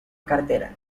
cartera